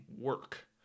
work